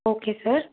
okay sir